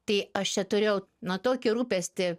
tai aš čia turėjau na tokį rūpestį